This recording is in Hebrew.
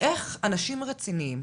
איך אנשים רציניים